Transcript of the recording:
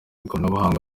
ikoranabuhanga